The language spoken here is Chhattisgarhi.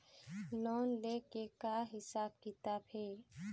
लोन ले के का हिसाब किताब हे?